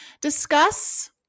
discuss